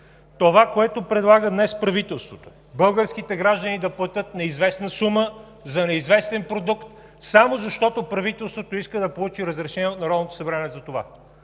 Това, което предлага днес правителството: българските граждани да платят неизвестна сума за неизвестен продукт, само защото правителството иска да получи разрешение от Народното събрание за това.